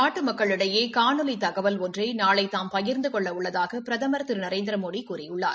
நாட்டு மக்களிடையே காணொலி தகவல் ஒன்றை நாளை தாம் பகிர்ந்து கொள்ள உள்ளதாக பிரதமர் திரு நரேந்திரமோடி கூறியுள்ளார்